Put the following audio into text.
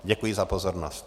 Děkuji za pozornost.